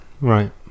right